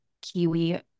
kiwi